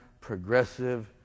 progressive